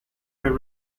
were